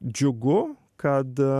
džiugu kad